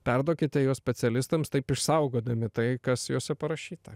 perduokite juos specialistams taip išsaugodami tai kas juose parašyta